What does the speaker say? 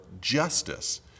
justice